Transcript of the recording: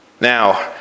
Now